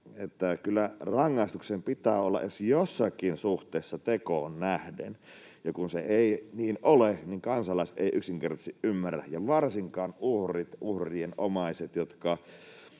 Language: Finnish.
että rangaistuksen pitää olla edes jossakin suhteessa tekoon nähden, ja kun se ei niin ole, niin kansalaiset eivät yksinkertaisesti ymmärrä eivätkä varsinkaan uhrit, uhrien omaiset, jotka